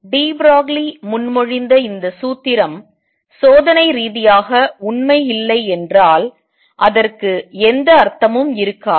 D Broglie முன்மொழிந்த இந்த சூத்திரம் சோதனை ரீதியாக உண்மைஇல்லை என்றால் அதற்கு எந்த அர்த்தமும் இருக்காது